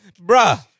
Bruh